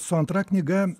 su antra knyga